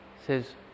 Says